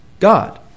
God